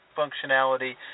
functionality